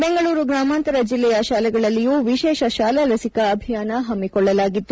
ಬೆಂಗಳೂರು ಗ್ರಾಮಾಂತರ ಜಿಲ್ಲೆಯ ಶಾಲೆಗಳಲ್ಲಿಯೂ ವಿಶೇಷ ಶಾಲಾ ಲಸಿಕಾ ಅಭಿಯಾನ ಹಮ್ಮಿಕೊಳ್ಳಲಾಗಿತ್ತು